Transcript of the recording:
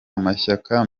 amashyaka